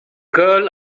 girl